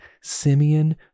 Simeon